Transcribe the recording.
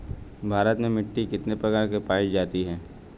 भारत में मिट्टी कितने प्रकार की पाई जाती हैं?